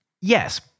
Yes